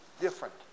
different